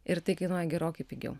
ir tai kainuoja gerokai pigiau